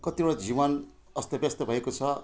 कतिवटा जीवन अस्तव्यस्त भएको छ